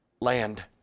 land